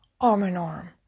arm-in-arm